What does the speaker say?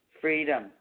Freedom